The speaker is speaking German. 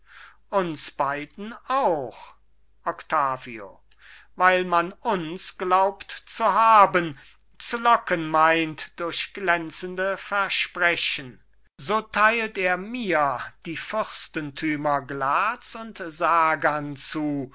uns beiden auch octavio weil man uns glaubt zu haben zu locken meint durch glänzende versprechen so teilt er mir die fürstentümer glatz und sagan zu